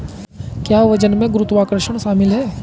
क्या वजन में गुरुत्वाकर्षण शामिल है?